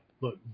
look